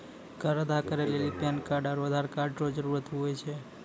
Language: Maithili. कर अदा करै लेली पैन कार्ड आरू आधार कार्ड रो जरूत हुवै छै